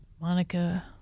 Monica